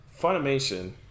Funimation